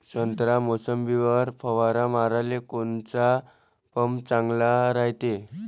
संत्रा, मोसंबीवर फवारा माराले कोनचा पंप चांगला रायते?